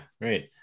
right